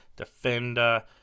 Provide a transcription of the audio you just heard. defender